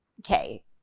okay